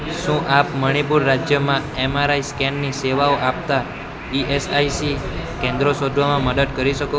શું આપ મણિપુર રાજ્યમાં એમઆરઆઈ સ્કેનની સેવાઓ આપતાં ઇએસઆઇસી કેન્દ્રો શોધવામાં મદદ કરી શકો